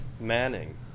Manning